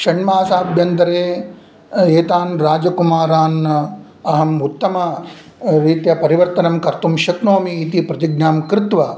षण्मासाभ्यन्तरे एतान् राजकुमारान् अहम् उत्तमरीत्या परिवर्तनं कर्तुं शक्नोमि इति प्रतिज्ञां कृत्वा